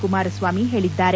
ಕುಮಾರಸ್ವಾಮಿ ಹೇಳಿದ್ದಾರೆ